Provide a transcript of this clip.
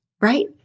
right